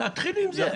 תתחיל בזה,